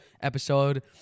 episode